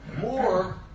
more